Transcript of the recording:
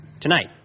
Tonight